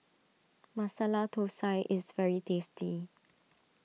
Masala Thosai is very tasty